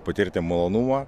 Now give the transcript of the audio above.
patirti malonumą